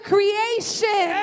creation